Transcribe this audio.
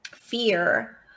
fear